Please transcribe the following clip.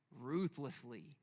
ruthlessly